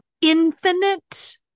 infinite